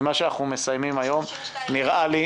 ממה שאנחנו מסיימים היום נראה לי